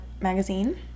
Magazine